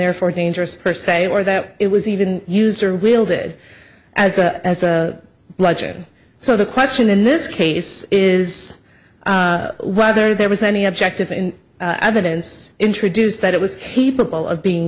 therefore dangerous per se or that it was even used or wielded as a bludgeon so the question in this case is whether there was any objective in evidence introduced that it was capable of being